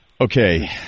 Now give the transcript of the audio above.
okay